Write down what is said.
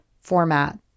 format